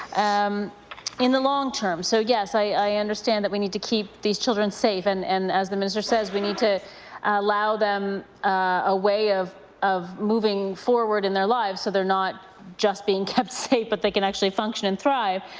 um in the long-term. so yes, i understand that we need to keep these children safe. and and as the minister says, we need to allow them a way of of moving forward in their lives so they're not just being kept safe. but they can actually function and thrive.